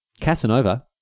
Casanova